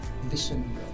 vision